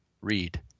read